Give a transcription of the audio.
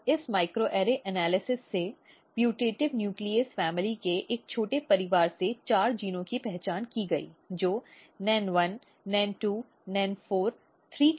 और इस microarray analysis से पुटेटिव न्यूक्लीज परिवार के एक छोटे परिवार से चार जीनों की पहचान की गई जो NEN1 NEN2 NEN4 3 के रूप में यहां दिखाए गए हैं